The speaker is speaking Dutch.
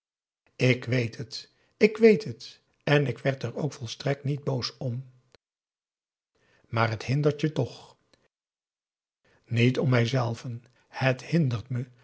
ik weet het ik weet het en ik werd er ook volstrekt niet boos om maar het hindert je toch niet om mijzelven het hindert me